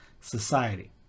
society